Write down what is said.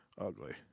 ugly